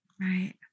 right